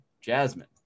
Jasmine